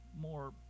more